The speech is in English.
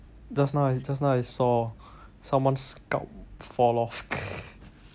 just now just now I saw someone scalp fall off